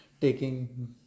taking